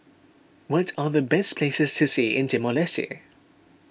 what are the best places see see in Timor Leste